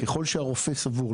ככל שהרופא סבור.